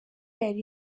yari